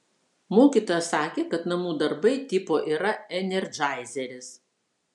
mokytoja sakė kad namų darbai tipo yra enerdžaizeris